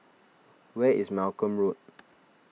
where is Malcolm Road